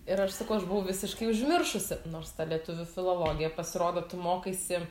ir aš sakau aš buvau visiškai užmiršusi nors ta lietuvių filologija pasirodo tu mokaisi